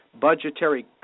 budgetary